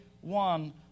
one